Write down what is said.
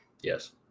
Yes